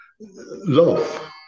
love